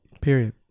Period